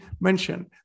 mentioned